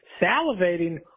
salivating